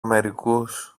μερικούς